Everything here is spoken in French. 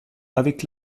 avec